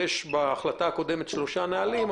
ישבו שלושת האנשים,